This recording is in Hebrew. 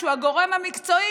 שהוא הגורם המקצועי,